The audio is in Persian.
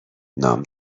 نام